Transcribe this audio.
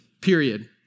period